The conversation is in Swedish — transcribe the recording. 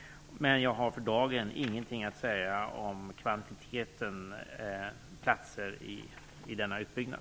Men för dagen har jag ingenting att säga om antalet platser i denna utbyggnad.